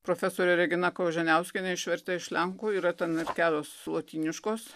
profesorė regina koženiauskienė išvertė iš lenkų yra ten ir kelios lotyniškos